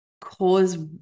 cause